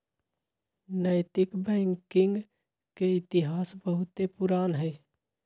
नैतिक बैंकिंग के इतिहास बहुते पुरान हइ